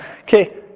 Okay